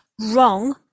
wrong